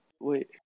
Wait